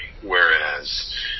whereas